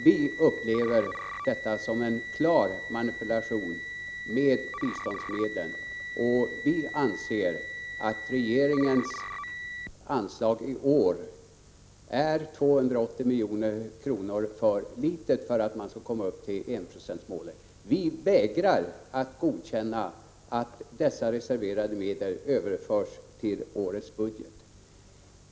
Vi upplever detta som en klar manipulation med biståndsmedlen, och vi anser att regeringens anslag i år är 280 milj.kr. för litet för att man skall komma upp till enprocentsmålet. Vi vägrar att godkänna att dessa reserverade medel överförs till årets budget.